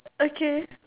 okay